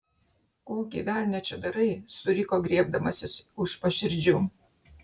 kokį velnią čia darai suriko griebdamasis už paširdžių